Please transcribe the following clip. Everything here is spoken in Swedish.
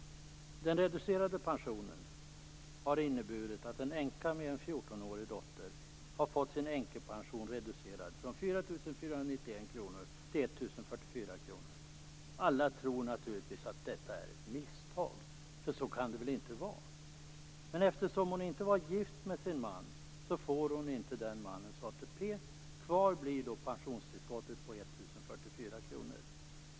Den reducerade pensionen har inneburit att en änka med sin 14-åriga dotter har fått sin änkepension reducerad från 4 491 kr till 1 044 kr. Alla tror naturligtvis att detta är ett misstag, för så kan det väl inte vara. Eftersom hon inte var gift med sin man får hon inte den mannens ATP. Kvar blir då pensionstillskottet på 1 044 kr.